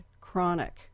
chronic